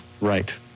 Right